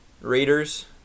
Raiders